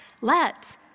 let